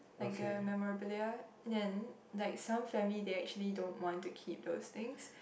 like the memorabilia then like some family they actually don't want to keep those things